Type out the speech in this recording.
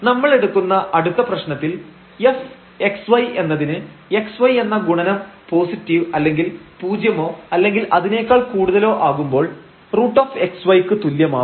നമ്മൾ എടുക്കുന്ന അടുത്ത പ്രശ്നത്തിൽ fx y എന്നതിന് xy എന്ന ഗുണനം പോസിറ്റീവ് അല്ലെങ്കിൽ പൂജ്യമോ അല്ലെങ്കിൽ അതിനേക്കാൾ കൂടുതൽ ആകുമ്പോൾ √xy ക്ക് തുല്യമാവും